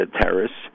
terrorists